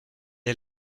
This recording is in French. est